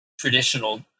traditional